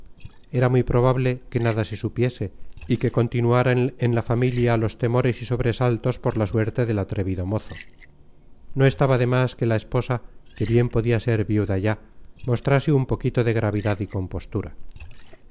era muy probable que nada se supiese y que continuaran en la familia los temores y sobresaltos por la suerte del atrevido mozo no estaba de más que la esposa que bien podía ser viuda ya mostrase un poquito de gravedad y compostura